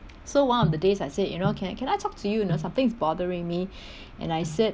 so one of the days I said you know can can I talk to you know something's bothering me and I said